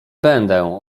będę